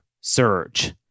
surge